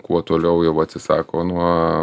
kuo toliau jau atsisako nuo